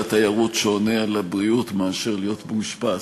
התיירות שעונה על הבריאות מאשר להיות מאושפז,